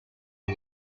the